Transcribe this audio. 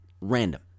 random